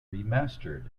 remastered